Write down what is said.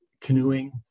canoeing